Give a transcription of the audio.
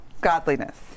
Godliness